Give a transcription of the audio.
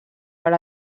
per